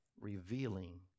revealing